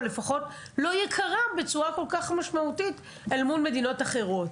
אז שלפחות לא נהיה יקרה בצורה כל כך משמעותית אל מול מדינות אחרות.